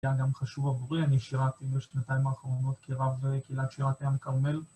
זה גם חשוב עבורי. אני שירתי בשנתיים האחרונות, כרב לקהילת שירת הים – כרמל.